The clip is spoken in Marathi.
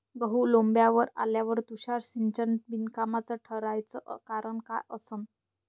गहू लोम्बावर आल्यावर तुषार सिंचन बिनकामाचं ठराचं कारन का असन?